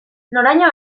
noraino